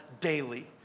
daily